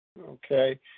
Okay